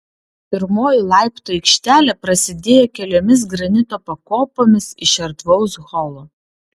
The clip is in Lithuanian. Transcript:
pirmoji laiptų aikštelė prasidėjo keliomis granito pakopomis iš erdvaus holo